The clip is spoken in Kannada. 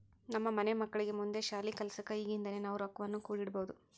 ನಮ್ಮ ಮನೆ ಮಕ್ಕಳಿಗೆ ಮುಂದೆ ಶಾಲಿ ಕಲ್ಸಕ ಈಗಿಂದನೇ ನಾವು ರೊಕ್ವನ್ನು ಕೂಡಿಡಬೋದು